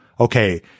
Okay